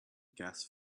gas